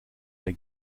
der